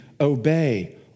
obey